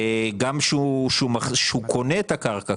גם כשהוא קונה את הדירה